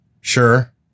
Sure